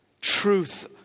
truth